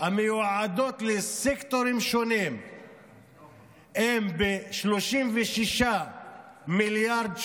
המיועדות לסקטורים שונים הן 36 מיליארד שקל,